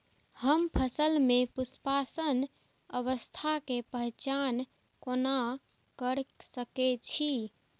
हम फसल में पुष्पन अवस्था के पहचान कोना कर सके छी?